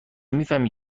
میفهمی